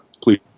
please